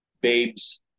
babes